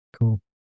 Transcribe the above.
Cool